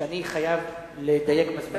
שאני חייב לדייק בזמנים.